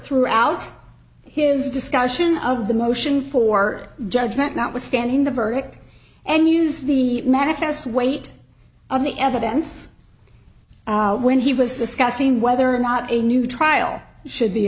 throughout his discussion of the motion for judgment notwithstanding the verdict and use the manifest weight of the evidence when he was discussing whether or not a new trial should be